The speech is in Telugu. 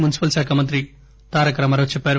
మున్సిపల్ శాఖ మంత్రి తారకరామారావు చెప్పారు